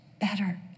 better